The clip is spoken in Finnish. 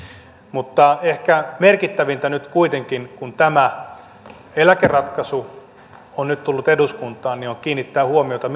mutta ehkä merkittävintä nyt kuitenkin kun tämä eläkeratkaisu on nyt tullut eduskuntaan on kiinnittää huomiota